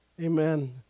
amen